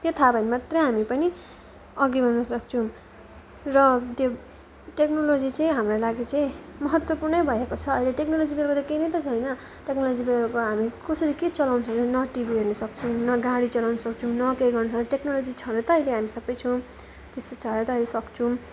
त्यो थाहा भयो भने मात्रै हामी पनि अघि बढ्न सक्छौँ र त्यो टेक्नोलोजी चाहिँ हाम्रो लागि चाहिँ महत्त्वपूर्णै भएको छ अहिले टेक्नोलोजी बेगर त केही नै त छैन टेक्नोलोजी बेगरको हामी कसरी के चलाउन सक्छौँ न टिभी हेर्नु सक्छौँ न गाडी चलाउन सक्छौँ न केही गर्नु सक्छौँ टेक्नोलोजी छ र त अहिले हामी सबै छौँ त्यस्तो छ र त अहिले सक्छौँ